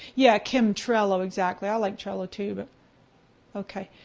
yeah, kim, trello, exactly. i like trello too but okay.